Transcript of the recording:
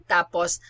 Tapos